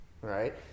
right